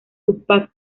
tupac